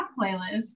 playlist